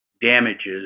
damages